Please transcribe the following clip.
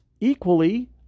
equally